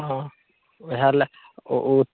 हँ वएहलए ओ ओ